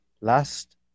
Last